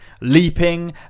leaping